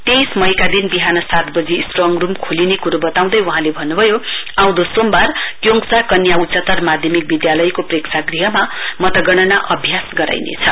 तेइस मईका दिन विहान सात वजी स्ट्रङ रुम खोलिने कुरो बताउँदै वहाँले भन्नभयो आँउदो सोमवार क्योङसा कन्या उच्चतर माध्यमिक विधालयको प्रेक्षागृहमा मतगणना अभ्यास गराइनेछ